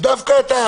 דווקא אתה,